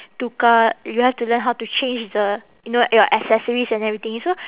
tukar you have to learn how to change the you know your accessories and everything so